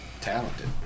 talented